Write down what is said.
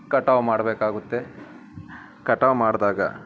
ಕಟಾವು ಮಾಡಬೇಕಾಗುತ್ತೆ ಕಟಾವು ಮಾಡಿದಾಗ